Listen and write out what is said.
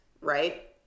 right